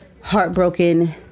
heartbroken